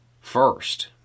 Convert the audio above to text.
First